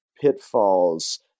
pitfalls